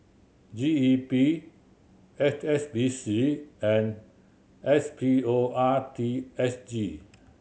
G E P H S B C and S P O R T S G